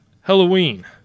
Halloween